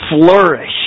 flourish